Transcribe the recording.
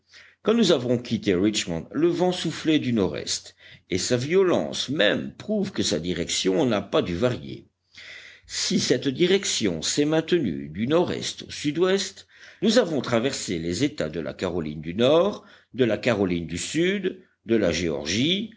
quand nous avons quitté richmond le vent soufflait du nord-est et sa violence même prouve que sa direction n'a pas dû varier si cette direction s'est maintenue du nord-est au sud-ouest nous avons traversé les états de la caroline du nord de la caroline du sud de la géorgie